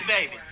baby